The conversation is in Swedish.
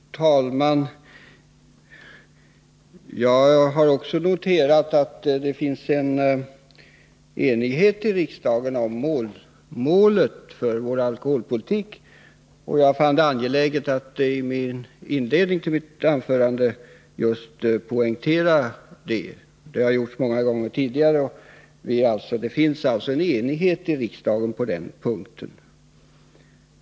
Fru talman! Jag har också noterat att det finns en enighet i riksdagen om målet för vår alkoholpolitik, och jag fann det angeläget att i inledningen till mitt första anförande poängtera just detta. Det har jag gjort många gånger tidigare. Det finns alltså en enighet i riksdagen på den punkten.